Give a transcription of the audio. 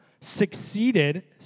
succeeded